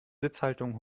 sitzhaltung